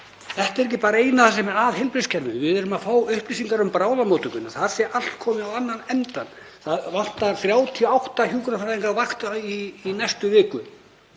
þetta er ekki það eina sem er að heilbrigðiskerfinu. Við erum að fá upplýsingar frá bráðamóttökunni um að þar sé allt komið á annan endann. Það vantar 38 hjúkrunarfræðinga á vakt í næstu viku.